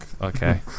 Okay